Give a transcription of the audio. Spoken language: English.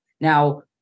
Now